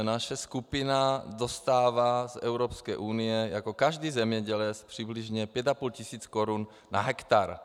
Naše skupina dostává z Evropské unie jako každý zemědělec přibližně 5,5 tisíce korun na hektar.